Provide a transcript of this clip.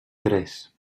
tres